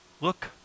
look